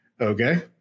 Okay